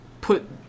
put